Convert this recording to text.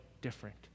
different